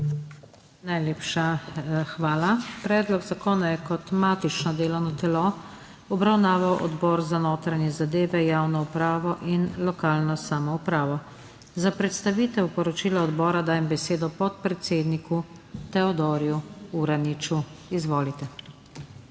Najlepša hvala. Predlog zakona je kot matično delovno telo obravnaval Odbor za notranje zadeve, javno upravo in lokalno samoupravo. Za predstavitev poročila odbora dajem besedo podpredsedniku Teodorju Uraniču. Izvolite.